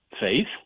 faith